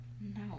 No